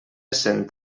cent